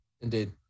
Indeed